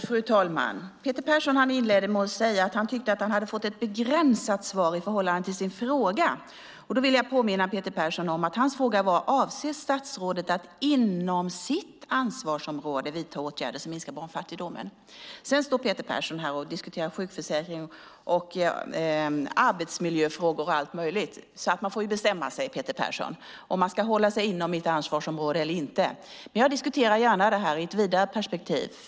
Fru talman! Peter Persson inledde med att säga att han tyckte att han hade fått ett begränsat svar i förhållande till sin fråga. Jag vill påminna Peter Persson om att hans fråga var: Avser statsrådet att inom sitt ansvarsområde vidta åtgärder som minskar barnfattigdomen? Peter Persson står sedan här och diskuterar sjukförsäkring, arbetsmiljöfrågor och allt möjligt. Man får nog bestämma sig, Peter Persson, om man ska hålla sig inom mitt ansvarsområde eller inte. Jag diskuterar gärna detta i ett vidare perspektiv.